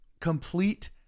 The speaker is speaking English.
Complete